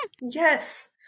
Yes